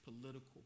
political